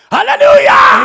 Hallelujah